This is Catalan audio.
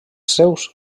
seus